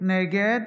נגד